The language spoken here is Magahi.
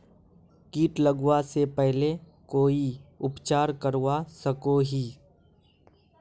किट लगवा से पहले कोई उपचार करवा सकोहो ही?